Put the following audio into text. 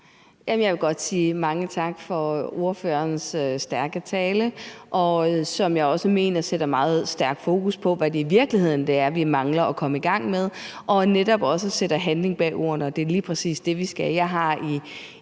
Jeg vil godt sige mange tak for ordførerens stærke tale, som jeg også mener sætter meget stærkt fokus på, hvad det i virkeligheden er, vi mangler at komme i gang med, og netop sætter handling bag ordene – og det er lige præcis det, vi skal have. Jeg har i